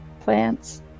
plants